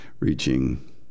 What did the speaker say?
Reaching